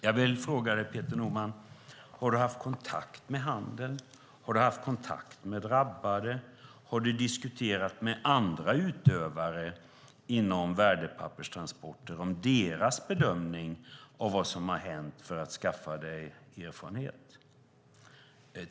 Jag vill fråga dig, Peter Norman: Har du haft kontakt med handeln? Har du haft kontakt med drabbade? Har du diskuterat med andra utövare inom värdepapperstransporter vad som är deras bedömning av det som hänt för att skaffa dig erfarenhet?